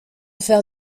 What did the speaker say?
faire